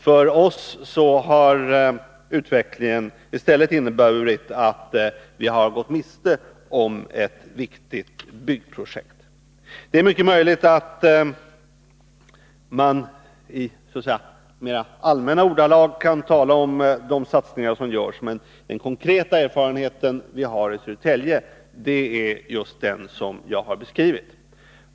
För oss har utvecklingen i stället inneburit att vi har gått miste om ett viktigt byggprojekt. Det är mycket möjligt att man i mera allmänna ordalag kan tala om de satsningar som görs, men den konkreta erfarenheten i Södertälje är just den som jag har beskrivit.